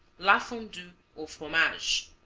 la fondue au fromage.